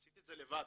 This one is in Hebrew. עשיתי את זה לבד.